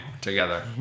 together